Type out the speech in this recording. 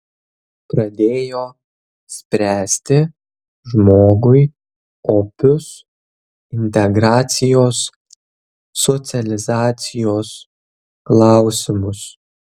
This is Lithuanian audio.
pradėjo spręsti žmogui opius integracijos socializacijos klausimus